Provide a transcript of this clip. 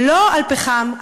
ולא על פחם,